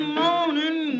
morning